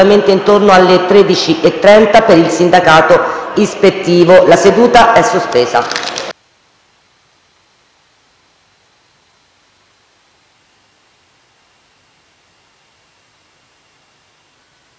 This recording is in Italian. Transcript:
ispettivo. *(La seduta, sospesa